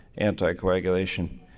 anticoagulation